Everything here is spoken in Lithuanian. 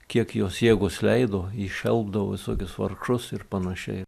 kiek jos jėgos leido ji šelpdavo visokius vargšus ir panašiai